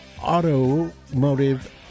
automotive